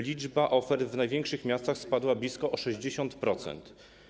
Liczba ofert w największych miastach spadła blisko o 60%.